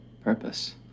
purpose